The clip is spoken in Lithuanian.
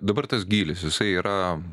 dabar tas gylis jisai yra